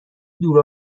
دور